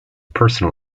personal